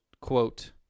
quote